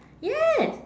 yes